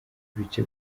ibice